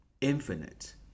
infinite